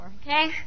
okay